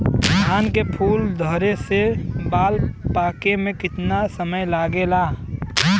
धान के फूल धरे से बाल पाके में कितना समय लागेला?